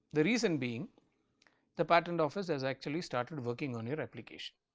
the reason being the patent office has actually started working on your application.